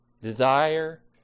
Desire